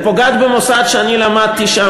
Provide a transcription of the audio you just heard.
היא פוגעת במוסד שאני למדתי בו,